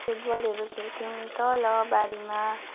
फुटबलहरू खेल्थ्यौँ तल बारीमा